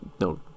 No